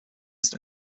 ist